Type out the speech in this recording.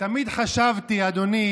תודה רבה.